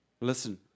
Listen